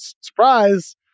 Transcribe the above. surprise